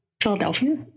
philadelphia